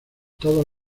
todos